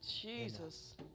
Jesus